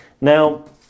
Now